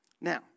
Now